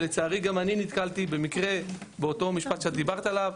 ולצערי גם אני נתקלתי במקרה באותו משפט שאת דיברת עליו.